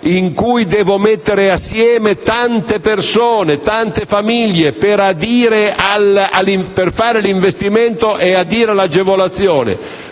dove si devono mettere assieme tante persone e tante famiglie per fare l'investimento e adire l'agevolazione